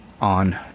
on